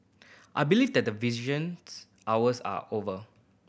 I believe that visitations hours are over